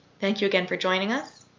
thank you again for joining us.